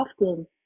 often